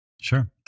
Sure